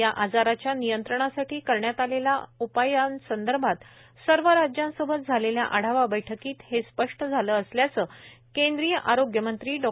या आजाराच्या नियंत्रणासाठी करण्यात आलेल्या उपायांसदर्भात सर्व राज्यांसोबत झालेल्या आढावा बैठकीत हे स्पष्ट झालं असल्याचं केंद्रीय आरोग्यमंत्री डॉ